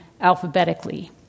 alphabetically